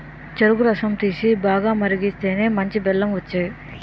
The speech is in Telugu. చెరుకు రసం తీసి, బాగా మరిగిస్తేనే మంచి బెల్లం వచ్చేది